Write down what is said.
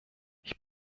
ich